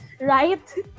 right